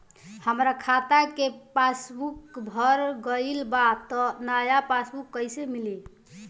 हमार खाता के पासबूक भर गएल बा त नया पासबूक कइसे मिली?